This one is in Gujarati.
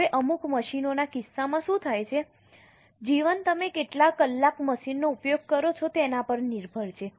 હવે અમુક મશીનોના કિસ્સામાં શું થાય છે જીવન તમે કેટલા કલાક મશીનનો ઉપયોગ કરો છો તેના પર નિર્ભર છે